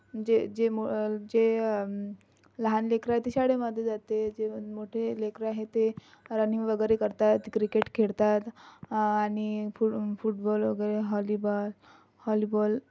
जे जे मो जे लहान लेकरं आहे ती शाळेमध्ये जाते जे मोठी लेकरं आहे ते रनिंग वगैरे करतात क्रिकेट खेळतात आणि फुट फुटबॉल वगैरे हॉलीबॉल हॉलीबॉल